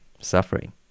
suffering